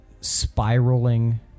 spiraling